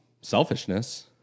selfishness